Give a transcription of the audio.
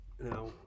now